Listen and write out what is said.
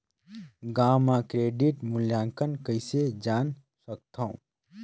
गांव म क्रेडिट मूल्यांकन कइसे जान सकथव?